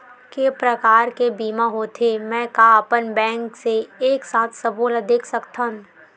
के प्रकार के बीमा होथे मै का अपन बैंक से एक साथ सबो ला देख सकथन?